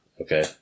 Okay